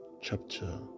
chapter